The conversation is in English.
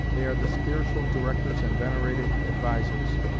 they are the spiritual directors, and venerated advisers,